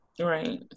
right